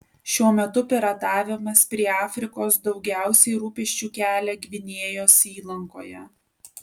šiuo metu piratavimas prie afrikos daugiausiai rūpesčių kelia gvinėjos įlankoje